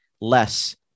less